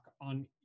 on